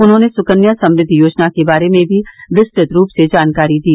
उन्होंने सुकन्या समृद्धि योजना के बारे में भी विस्तृत रूप से जानकारी दी